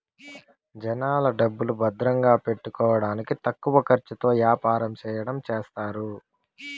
జనాల డబ్బులు భద్రంగా పెట్టుకోడానికి తక్కువ ఖర్చుతో యాపారం చెయ్యడం చేస్తారు